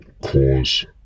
cause